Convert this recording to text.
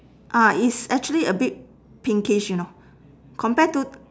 ah it's actually a bit pinkish you know compare to